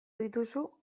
dituzu